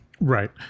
right